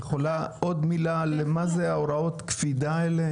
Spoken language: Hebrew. את יכולה עוד מילה למה זה הוראות הקפידה האלה?